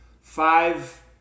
five